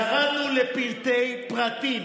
ירדנו לפרטי פרטים,